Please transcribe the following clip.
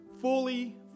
fully